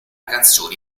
canzone